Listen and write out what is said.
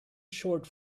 short